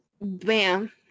bam